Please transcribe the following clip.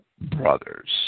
brothers